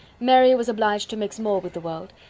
mary was obliged to mix more with the world,